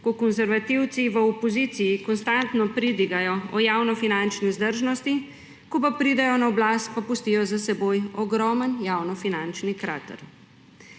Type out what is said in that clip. ko konzervativci v opoziciji konstantno pridigajo o javnofinančni vzdržnosti, ko pa pridejo na oblast, pa pustijo za seboj ogromen javnofinančni krater.